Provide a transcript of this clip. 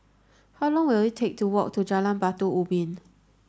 how long will it take to walk to Jalan Batu Ubin